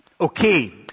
Okay